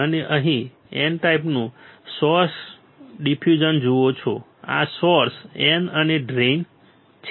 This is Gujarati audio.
તમે અહીં N ટાઈપનું સોર્સ ડિફ્યુઝન જુઓ છો આ સોર્સ N અને ડ્રેઇન છે